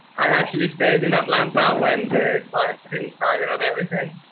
i actually stayed in ah atlanta when the client inside and and everything.